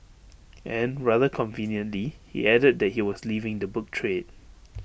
and rather conveniently he added that he was leaving the book trade